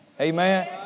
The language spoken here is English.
Amen